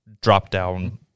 drop-down